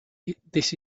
this